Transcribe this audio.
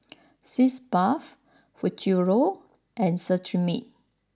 Sitz Bath Futuro and Cetrimide